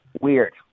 Weird